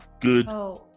Good